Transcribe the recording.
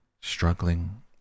struggling